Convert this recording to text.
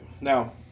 Now